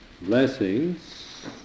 blessings